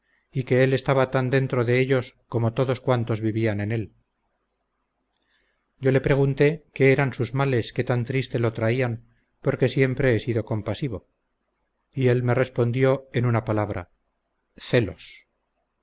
y que él estaba tan dentro de ellos como todos cuantos vivían en él yo le pregunté qué eran sus males que tan triste lo traían porque siempre he sido compasivo y él me respondió en una palabra celos